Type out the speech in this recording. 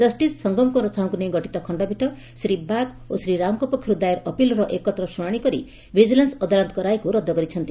ଜଷିସ୍ ସଙ୍ଗମ କୁମାର ସାହୁଙ୍କୁ ନେଇ ଗଠିତ ଖଖପୀଠ ଶ୍ରୀ ବାଗ ଓ ଶ୍ରୀ ରାଓଙ୍କ ପକ୍ଷରୁ ଦାୟର ଅପିଲର ଏକତ୍ର ଶୁଶାଶି କରି ଭିଜିଲାନ୍ସ ଅଦାଲତଙ୍କ ରାୟକୁ ରଦ୍ଦ କରିଛନ୍ତି